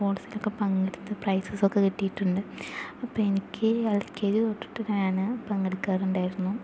സ്പോർട്സിലൊക്കെ പങ്കെടുത്ത് പ്രൈസസൊക്കെ കിട്ടിയിട്ടുണ്ട് അപ്പോൾ എനിക്ക് എൽ കെ ജി തൊട്ടിട്ട് ഞാൻ പങ്കെടുക്കാറുണ്ടായിരുന്നു